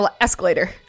escalator